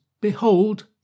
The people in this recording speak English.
behold